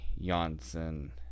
Janssen